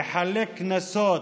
לחלק קנסות